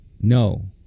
no